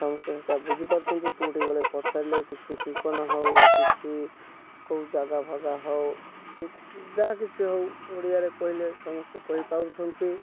ସମସ୍ତେ ସେଇଟା ବୁଝି ପାରୁଛନ୍ତି କେଉଁଠି ଗଲେ ପଚାରିଲେ କିଛି ଠିକଣା ହେଉ ବା କିଛି କେଉଁ ଜାଗା ଫାଗା ହେଉ କି ଯାହା କିଛି ହେଉ ଓଡ଼ିଆରେ କହିଲେ ସମସ୍ତେ କହି ପାରୁଛନ୍ତି